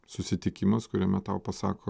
susitikimas kuriame tau pasako